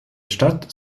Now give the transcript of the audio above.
stadt